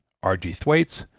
r g. thwaites,